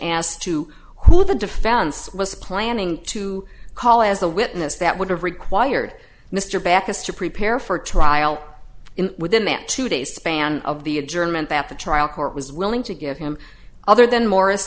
as to who the defense was planning to call as a witness that would have required mr backus to prepare for trial within that two days span of the adjournment that the trial court was willing to give him other than morris